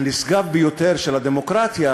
הנשגב ביותר של הדמוקרטיה,